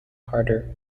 harder